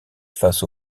face